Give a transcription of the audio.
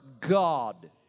God